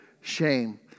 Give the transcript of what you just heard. shame